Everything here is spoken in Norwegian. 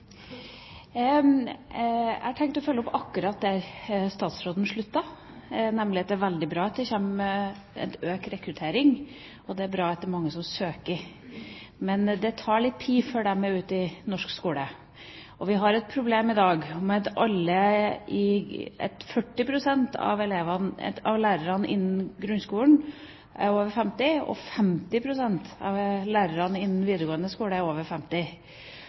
Jeg har tenkt å følge opp akkurat der statsråden sluttet. Det er veldig bra at det blir en økt rekruttering, det er bra at det er mange som søker, men det tar litt tid før de kommer ut i norsk skole. Og vi har et problem i dag, for 40 pst. av lærerne i grunnskolen er over 50 år, og 50 pst. av lærerne i videregående skole er over 50